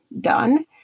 done